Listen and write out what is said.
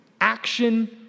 action